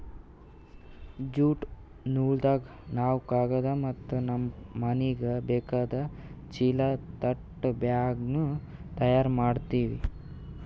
jute ನೂಲ್ದಾಗ್ ನಾವ್ ಕಾಗದ್ ಮತ್ತ್ ನಮ್ಮ್ ಮನಿಗ್ ಬೇಕಾದ್ ಚೀಲಾ ತಟ್ ಬ್ಯಾಗ್ನು ತಯಾರ್ ಮಾಡ್ತೀವಿ